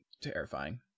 terrifying